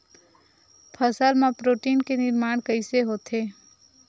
फसल मा प्रोटीन के निर्माण कइसे होथे?